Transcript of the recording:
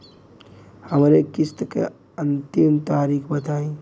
हमरे किस्त क अंतिम तारीख बताईं?